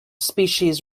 species